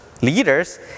leaders